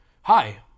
Hi